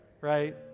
right